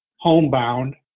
homebound